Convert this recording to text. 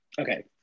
okay